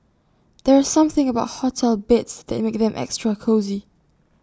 there's something about hotel beds that makes them extra cosy